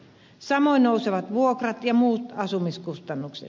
samoin nousevat vuokrat ja muut asumiskustannukset